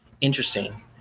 interesting